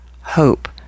hope